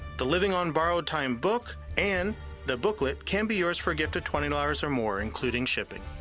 the living on borrowed time book, and the booklet can be yours for a gift of twenty dollars or more, including shipping.